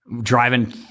driving